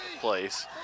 place